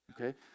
okay